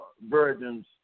virgins